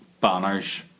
banners